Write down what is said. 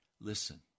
listen